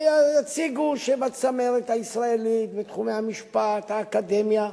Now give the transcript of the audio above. ויציגו שבצמרת הישראלית, בתחומי המשפט, האקדמיה,